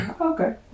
Okay